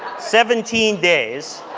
seventeen days,